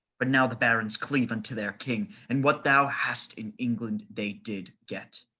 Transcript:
but now the barons cleave unto their king, and what thou hast in england they did get.